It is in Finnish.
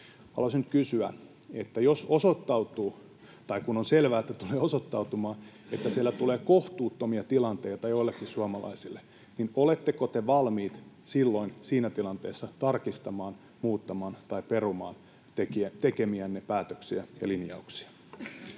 Haluaisin nyt kysyä, että jos osoittautuu — tai kun on selvää, että tulee osoittautumaan — että siellä tulee kohtuuttomia tilanteita joillekin suomalaisille, niin oletteko te valmiit silloin, siinä tilanteessa tarkistamaan, muuttamaan tai perumaan tekemiänne päätöksiä ja linjauksia?